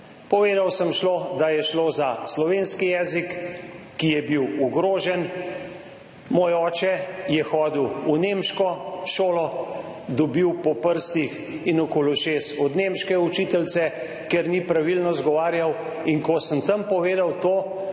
Povedal sem, da je šlo za slovenski jezik, ki je bil ogrožen, moj oče je hodil v nemško šolo, jih dobil po prstih in okoli ušes od nemške učiteljice, ker ni pravilno izgovarjal. In sem tam povedal to,